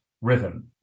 rhythm